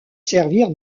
servir